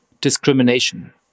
discrimination